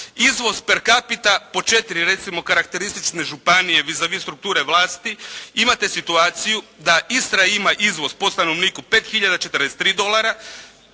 izvoz per capita po 4 recimo karakteristične županije «vis avis» strukture vlasti imate situaciju da Istra ima izvoz po stanovniku 5 hiljada